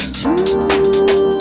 true